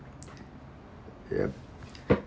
yup